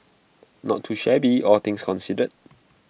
not too shabby all things considered